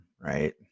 right